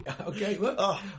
Okay